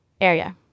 Area